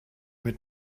mit